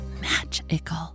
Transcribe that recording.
magical